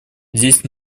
здесь